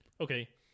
Okay